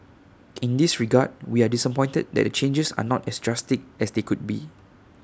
in this regard we are disappointed that the changes are not as drastic as they could be